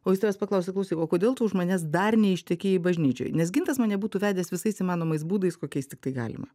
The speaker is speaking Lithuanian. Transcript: o jis tavęs paklausia klausyk o kodėl tu už manęs dar neištekėjai bažnyčioj nes gintas mane būtų vedęs visais įmanomais būdais kokiais tik tai galima